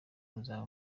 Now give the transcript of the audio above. muzaba